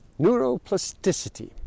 Neuroplasticity